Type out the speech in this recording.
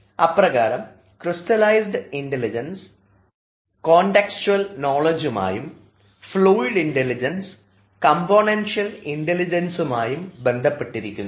അപ്രകാരം crystallised intelligence contextual നോളജുമായും fluid intelligence componential ഇൻറലിജൻസുമായും ബന്ധപ്പെട്ടിരിക്കുന്നു